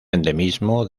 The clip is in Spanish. endemismo